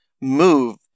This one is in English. move